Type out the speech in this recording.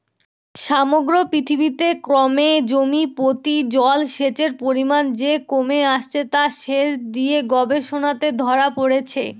সমগ্র পৃথিবীতে ক্রমে জমিপ্রতি জলসেচের পরিমান যে কমে আসছে তা সেচ নিয়ে গবেষণাতে ধরা পড়েছে